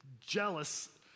jealous